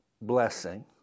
blessing